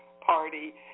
party